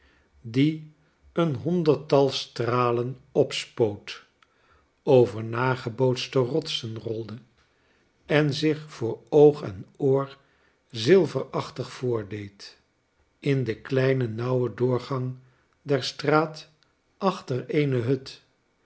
die een honderdtal stralen opspoot over nagebootste rotsen rolde en zich voor oog en oor zilverachtig voordeed in den kleinen nauwen doorgang der straat achter eene hut